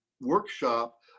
workshop